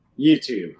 YouTube